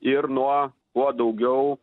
ir nuo kuo daugiau